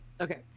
Okay